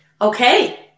okay